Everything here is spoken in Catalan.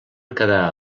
quedar